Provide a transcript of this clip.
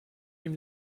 ihm